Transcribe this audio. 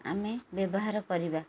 ଆମେ ବ୍ୟବହାର କରିବା